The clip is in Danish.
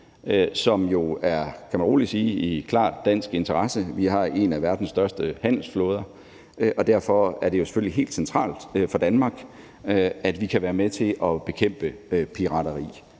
er i dansk interesse. Vi har en af verdens største handelsflåder, og derfor er det jo selvfølgelig helt centralt for Danmark, at vi kan være med til at bekæmpe pirateri.